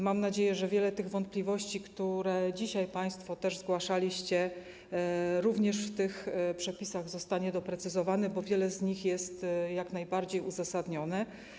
Mam nadzieję, że wiele tych wątpliwości, nieścisłości, które dzisiaj państwo też zgłaszaliście, również w tych przepisach zostanie doprecyzowanych, bo wiele z nich jest jak najbardziej uzasadnionych.